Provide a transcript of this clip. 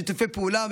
שיתופי פעולה,